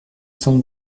cent